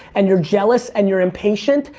and you're jealous, and you're impatient,